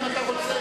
אם אתה רוצה,